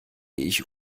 ich